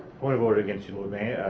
point of order against you lord mayor.